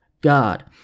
God